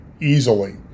easily